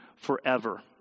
forever